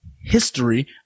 history